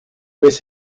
vez